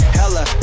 hella